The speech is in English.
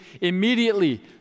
immediately